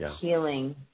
healing